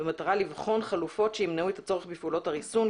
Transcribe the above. במטרה לבחון חלופות שימנעו את הצורך בפעולות הריסון,